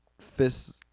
fists